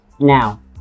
Now